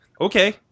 Okay